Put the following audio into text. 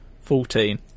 fourteen